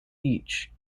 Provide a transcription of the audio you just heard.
each